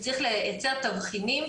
וצריך לייצר תבחינים,